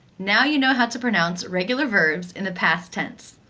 now you know how to pronounce regular verbs in the past tense.